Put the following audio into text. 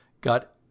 got